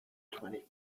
twenty